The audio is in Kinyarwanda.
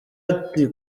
ati